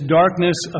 darkness